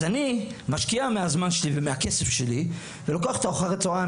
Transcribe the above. אז אני משקיע מהזמן שלי ומהכסף שלי ולוקח אותו אחר הצהריים,